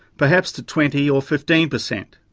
perhaps to twenty or fifteen percent.